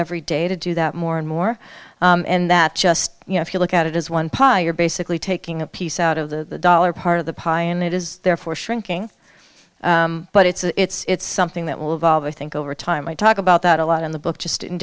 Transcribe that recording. every day to do that more and more and that just you know if you look at it as one pile you're basically taking a piece out of the dollar part of the pie and it is therefore shrinking but it's something that will evolve i think over time i talk about that a lot in the book just in